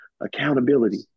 Accountability